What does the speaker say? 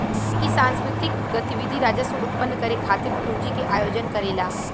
इ सांस्कृतिक गतिविधि राजस्व उत्पन्न करे खातिर पूंजी के आयोजन करेला